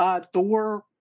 Thor